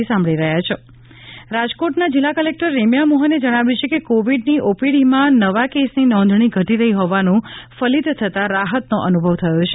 રાજકોટમાં કોરોના કેસમાં ઘટાડો રાજકોટના જિલ્લા કલેક્ટર રેમ્યા મોહને જણાવ્યુ છે કે કોવિડની ઓપીડીમાં નવા કેસની નોંધણી ઘટી રહી હોવાનું ફલિત થતાં રાહતનો અનુભવ થયો છે